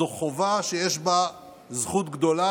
זו חובה שיש בה זכות גדולה,